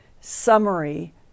summary